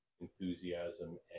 enthusiasm